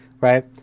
Right